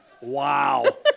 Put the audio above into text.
Wow